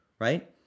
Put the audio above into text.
right